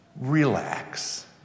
relax